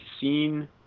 seen